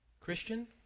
Christian